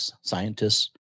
scientists